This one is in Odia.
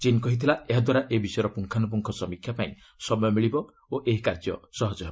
ଚୀନ୍ କହିଥିଲା ଏହାଦ୍ୱାରା ଏ ବିଷୟର ପୁଙ୍ଗାନୁପୁଙ୍ଖ ସମୀକ୍ଷା ପାଇଁ ସମୟ ମିଳିପାରିବ ଓ ଏହି କାର୍ଯ୍ୟ ସହଜ ହେବ